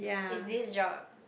it's this job